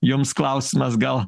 jums klausimas gal